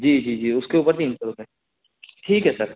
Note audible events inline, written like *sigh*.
जी जी जी उसके ऊपर भी *unintelligible* है ठीक है सर